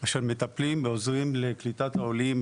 אשר מטפלים ועוזרים לקליטת העולים,